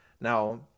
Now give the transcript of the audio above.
now